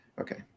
Okay